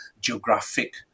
geographic